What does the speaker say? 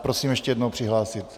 Prosím, ještě jednou přihlásit.